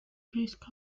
pesca